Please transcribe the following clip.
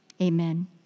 Amen